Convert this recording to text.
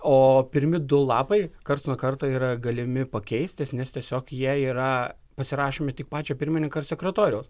o pirmi du lapai karts nuo karto yra galimi pakeisti nes tiesiog jie yra pasirašomi tik pačio pirmininko ir sekretoriaus